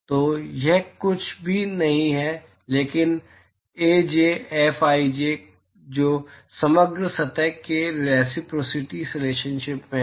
तो यह कुछ भी नहीं है लेकिन अज फजी जो समग्र सतह के लिए रेसिप्रोसिटी रिलेशनशिप से है